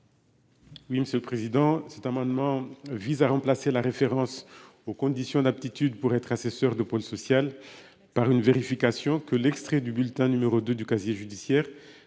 Oui, monsieur le président. Cet amendement vise à remplacer la référence aux conditions d'aptitude pour être assesseur du pôle social. Par une vérification que l'extrait du bulletin numéro 2 du casier judiciaire.